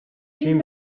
тийм